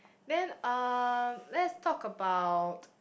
then um let's talk about